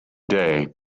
day